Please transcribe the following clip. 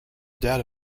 data